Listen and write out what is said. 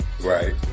Right